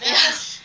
ya